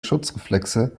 schutzreflexe